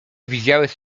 widziałeś